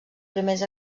primers